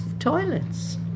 toilets